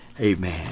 Amen